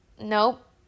Nope